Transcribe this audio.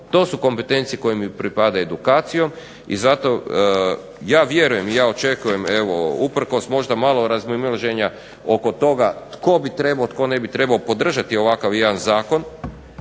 To su kompetencije koje im pripadaju edukacijom i zato ja vjerujem i ja očekujem evo usprkos možda malo razmimoilaženja oko toga tko bi trebao, a tko ne bi trebao podržati ovakav jedan zakon